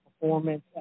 performance